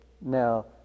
now